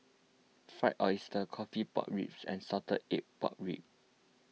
Fried Oyster Coffee Pork Ribs and Salted Egg Pork Ribs